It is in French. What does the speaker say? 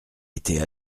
été